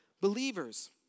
believers